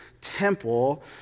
temple